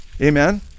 Amen